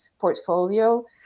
portfolio